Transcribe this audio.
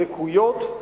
לקויות,